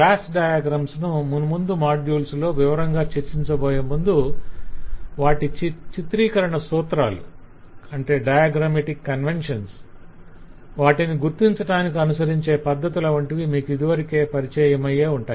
class diagrams ను మున్ముందు modules లో వివరంగా చర్చించబోయేముందు వాటి చిత్రీకరణ సూత్రాలు వాటిని గుర్తించటానికి అనుసరించే పద్దతుల వంటివి మీకు ఇదివరకే పరిచయమయ్యే ఉంటాయి